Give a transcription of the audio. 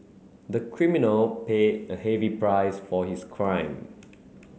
the criminal paid a heavy price for his crime